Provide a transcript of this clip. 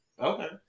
Okay